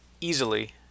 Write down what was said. easily